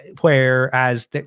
whereas